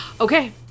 Okay